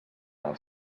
els